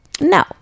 No